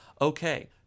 Okay